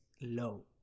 low